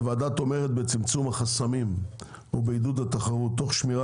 הוועדה תומכת בצמצום החסמים ובעידוד התחרות תוך שמירה